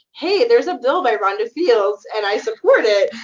hey. there's a bill by rhonda fields, and i support it,